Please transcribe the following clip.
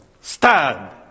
Stand